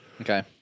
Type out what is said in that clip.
Okay